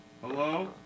Hello